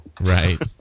Right